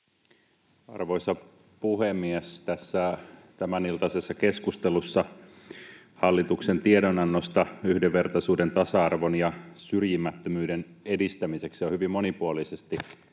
Arvoisa puhemies! Tässä tämäniltaisessa keskustelussa hallituksen tiedonannosta yhdenvertaisuuden, tasa-arvon ja syrjimättömyyden edistämiseksi on hyvin monipuolisesti